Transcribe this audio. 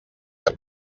que